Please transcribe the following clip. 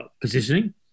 positioning